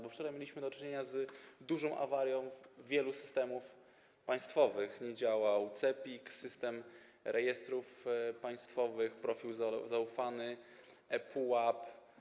Bo wczoraj mieliśmy do czynienia z dużą awarią wielu systemów państwowych: nie działał CEPiK, System Rejestrów Państwowych, profil zaufany ePUAP.